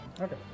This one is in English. Okay